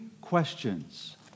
questions